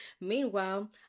Meanwhile